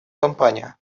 компанию